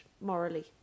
morally